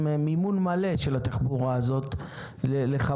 עם מימון מלא של התחבורה הזאת לחברות,